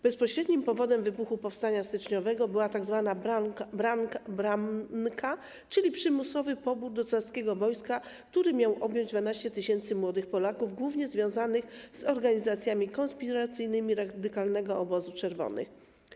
Bezpośrednim powodem wybuchu powstania styczniowego była tzw. branka, czyli przymusowy pobór do carskiego wojska, który miał objąć 12 tys. młodych Polaków, głównie związanych z organizacjami konspiracyjnymi radykalnego obozu Czerwonych.